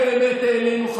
אנחנו באמת העלינו,